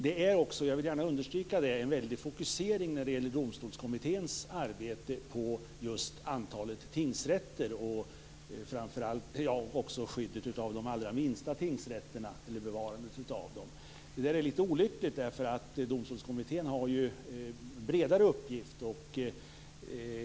När det gäller Domstolskommitténs arbete är det en stark fokusering på just antalet tingsrätter och på skyddet/bevarandet av de allra minsta tingsrätterna. Detta är litet olyckligt. Domstolskommittén har en bredare uppgift.